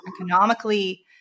economically